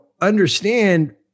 understand